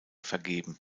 vergeben